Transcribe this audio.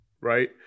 right